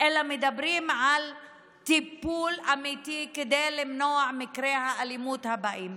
אלא מדברים על טיפול אמיתי כדי למנוע את מקרי האלימות הבאים.